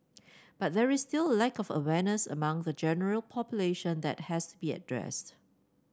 but there is still lack of awareness among the general population that has to be addressed